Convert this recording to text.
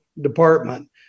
department